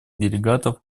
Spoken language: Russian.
делегатов